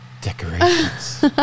decorations